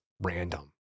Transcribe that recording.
random